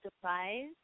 surprise